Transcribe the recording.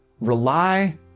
Rely